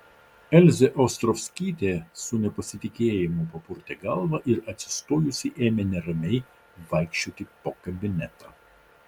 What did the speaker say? elzė ostrovskytė su nepasitikėjimu papurtė galvą ir atsistojusi ėmė neramiai vaikščioti po kabinetą